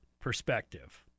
perspective